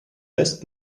best